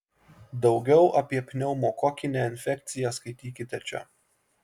daugiau apie pneumokokinę infekciją skaitykite čia